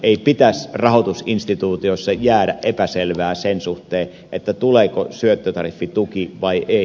ei pitäisi rahoitusinstituutiossa jäädä epäselvää sen suhteen tuleeko syöttötariffituki vai ei